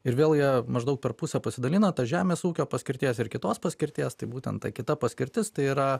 ir vėl jie maždaug per pusę pasidalina ta žemės ūkio paskirties ir kitos paskirties tai būtent ta kita paskirtis tai yra